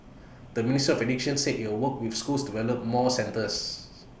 the ministry of education said IT will work with schools to develop more centres